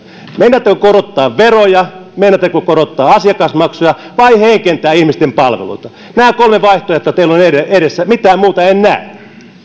meinaatteko korottaa veroja meinaatteko korottaa asiakasmaksuja vai heikentää ihmisten palveluita nämä kolme vaihtoehtoa teillä on edessä mitään muuta en näe